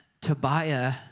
Tobiah